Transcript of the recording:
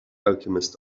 alchemist